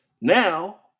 now